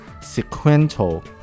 sequential